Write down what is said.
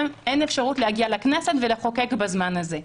אין אפשרות להגיע לכנסת ולחוקק בזמן הזה.